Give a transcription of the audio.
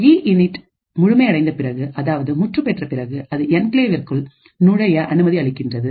இஇன் இட் முழுமை அடைந்த பிறகு அதாவது முற்றுப் பெற்ற பிறகு அது என்கிளேவ்இற்குள் நுழைய அனுமதி அளிக்கின்றது